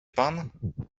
pan